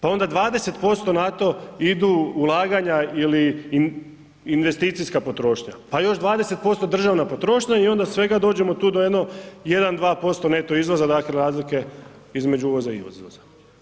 Pa onda 20% na to idu ulaganja ili investicijska potrošnja, pa još 20% državna potrošnja i onda svega dođemo tu do jedno 1-2% neto iznosa dakle razlike između uvoza i izvoza.